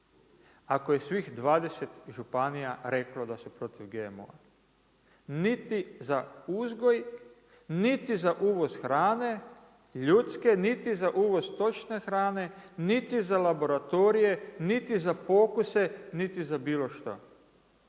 ako je svih 20 županija reklo da su protiv GMO-a niti za uzgoj, niti za uvoz hrane ljudske, niti za uvoz stočne hrane, niti za laboratorije, niti za pokuse, niti za bilo što